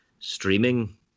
streaming